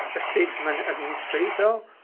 a statesman, administrator,